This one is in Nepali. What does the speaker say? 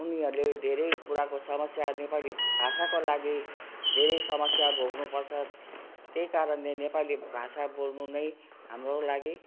उनीहरूले धेरै कुराको समस्या नेपाली भाषाको लागि धेरै समस्या भोग्नु पर्छ त्यही कारणले नेपाली भाषा बोल्नु नै हाम्रो लागि